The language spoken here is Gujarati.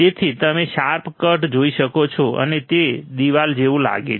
તેથી તમે શાર્પ કટ જોઈ શકો છો અને તે દિવાલ જેવું લાગે છે